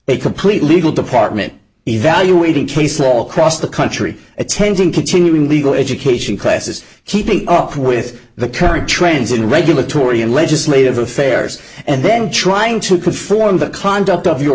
a complete legal department evaluating case all across the country attending kids in legal education classes keeping up with the current trends in regulatory and legislative affairs and then trying to conform the conduct of your